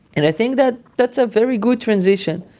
and i think that that's a very good transition.